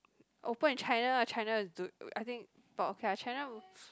open in China lah China is do~ I think but okay lah China